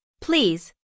please